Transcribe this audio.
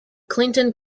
clinton